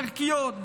ערכיות,